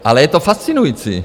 Ale je to fascinující.